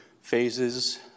phases